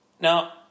Now